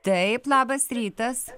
taip labas rytas